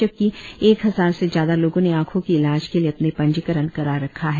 जबकि एक हजार से ज्यादा लोगो ने आखो की इलाज के लिए अपने पंजीकरन करा रखा है